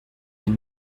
une